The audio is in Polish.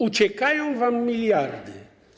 Uciekają wam miliardy.